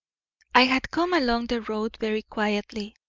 i had come along the road very quietly,